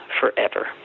forever